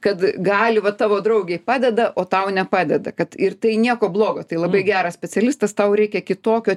kad gali va tavo draugei padeda o tau nepadeda kad ir tai nieko blogo tai labai geras specialistas tau reikia kitokio